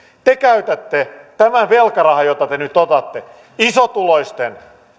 te käytätte tämän velkarahan jota te nyt otatte isotuloisten